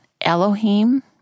Elohim